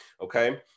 okay